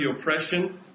oppression